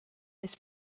his